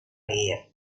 leer